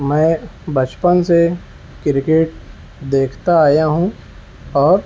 میں بچپن سے کرکٹ دیکھتا آیا ہوں اور